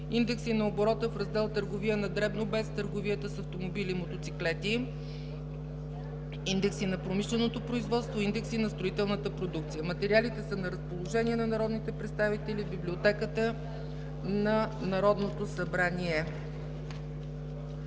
индекси на оборота в Раздел „Търговия на дребно” без търговията с автомобили и мотоциклети; индекси на промишленото производство и индекси на строителната продукция. Материалите са на разположение на народните представители в Библиотеката на Народното събрание.